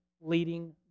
leading